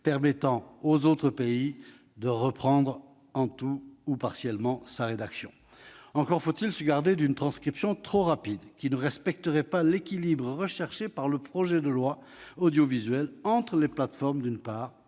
permettant aux autres pays de reprendre tout ou partie de sa rédaction. Encore faut-il se garder d'une transcription trop rapide qui ne respecterait pas l'équilibre recherché par le projet de loi Audiovisuel entre les plateformes, d'une part,